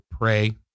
pray